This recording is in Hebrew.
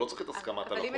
הוא לא צריך את הסכמת הלקוח.